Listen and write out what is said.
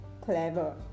clever